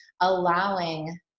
allowing